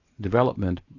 development